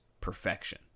perfection